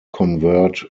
convert